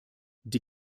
die